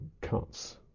cuts